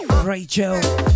Rachel